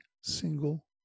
single